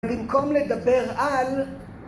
במקום לדבר על...